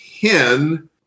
ten